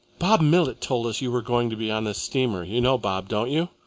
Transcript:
bob millet told us you were going to be on this steamer. you know bob, don't you?